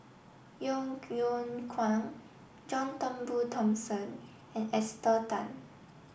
Yeo Yeow Kwang John Turnbull Thomson and Esther Tan